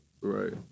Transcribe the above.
Right